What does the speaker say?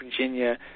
Virginia